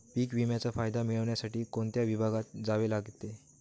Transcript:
पीक विम्याचा फायदा मिळविण्यासाठी कोणत्या विभागात जावे लागते?